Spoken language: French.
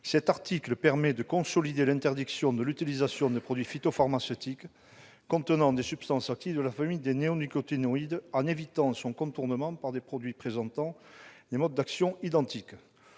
Cet article permet de consolider l'interdiction de l'utilisation de produits phytopharmaceutiques contenant des substances actives de la famille des néonicotinoïdes, en évitant son contournement par le recours à des produits présentant des modes d'action identiques.